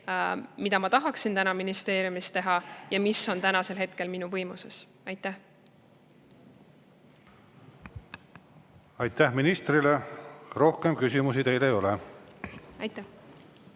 mida ma tahaksin ministeeriumis teha ja mis on hetkel minu võimuses. Aitäh ministrile! Rohkem küsimusi teile ei ole. Avan